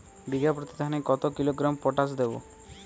বিঘাপ্রতি ধানে কত কিলোগ্রাম পটাশ দেবো?